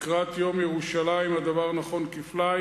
לקראת יום ירושלים הדבר נכון כפליים.